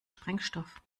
sprengstoff